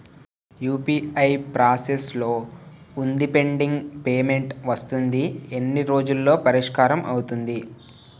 UPI process లో వుందిపెండింగ్ payment వస్తుంది ఎన్ని రోజుల్లో పరిష్కారం అవుతుంది